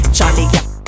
Charlie